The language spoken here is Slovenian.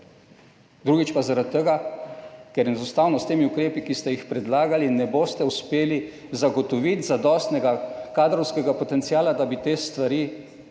Drugič pa zaradi tega, ker enostavno s temi ukrepi, ki ste jih predlagali, ne boste uspeli zagotoviti zadostnega kadrovskega potenciala, da bi te stvari